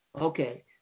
Okay